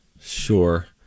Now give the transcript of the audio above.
Sure